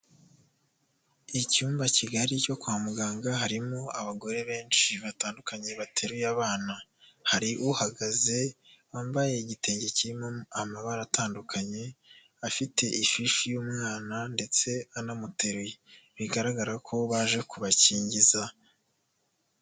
Icyumba kigari cyo kwa muganga, harimo abagore benshi batandukanye bateruye abana. Hari uhagaze wambaye igitenge kirimo amabara atandukanye, afite ifishi y'umwana ndetse anamuteruye. Bigaragara ko baje kubakingiza.